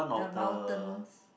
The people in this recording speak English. the mountains